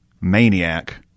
maniac